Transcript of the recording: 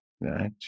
right